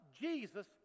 Jesus